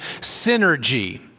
synergy